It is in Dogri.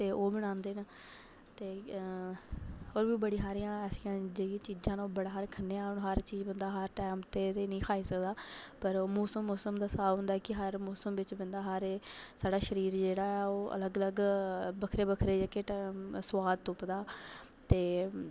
ते ओह् बनांदे न ते होर बड़े हारे अस जेह्कियां चीजां न ओह् बड़ा हारा खन्ने आं बंदा हर टैम ते नेईं खाई सकदा पर ओह् मौसम मौसम दा स्हाब होंदा ऐ कि हर मौसम बिच बंदा हर साढ़ा शरीर जेह्ड़ा ऐ ओह् अलग अलग बक्खरे बक्खरे जेह्के सुआद तुपदा ते